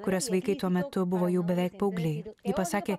kurios vaikai tuo metu buvo jau beveik paaugliai pasakė